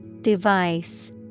Device